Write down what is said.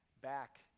back